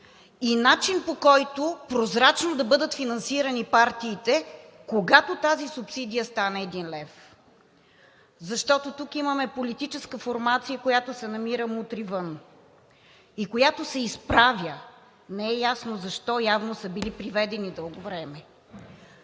и начин, по който прозрачно да бъдат финансирани партиите, когато тази субсидия стане един лев, защото тук имаме политическа формация „Мутри вън!“, която се изправя – не е ясно защо, явно са били приведени дълго време.